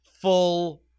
full